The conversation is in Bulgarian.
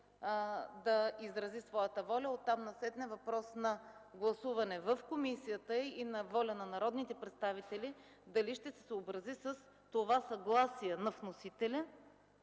да изрази своята воля. Оттам насетне е въпрос на гласуване в комисията и на воля на народните представители дали ще се съобразят с това съгласие на вносителя